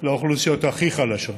לאוכלוסיות הכי חלשות,